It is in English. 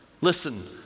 Listen